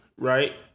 right